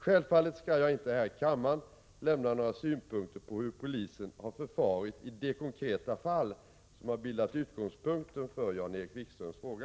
Självfallet skall jag inte här i kammaren lämna några synpunkter på hur polisen har förfarit i det konkreta fall som har bildat utgångspunkten för Jan-Erik Wikströms fråga.